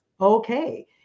okay